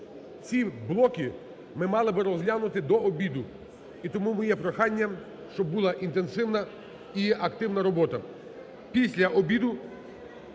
Ці блоки ми мали б розглянути до обіду. І тому моє прохання, щоб була інтенсивна і активна робота. Після обіду